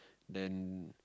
then